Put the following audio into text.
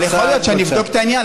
אבל יכול להיות שאני אבדוק את העניין,